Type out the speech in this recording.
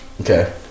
Okay